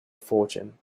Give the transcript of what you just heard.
fortune